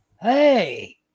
hey